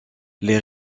les